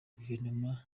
guverinoma